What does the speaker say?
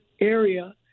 area